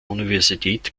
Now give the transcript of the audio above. universität